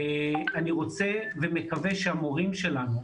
אני רוצה ומקווה שהמורים שלנו,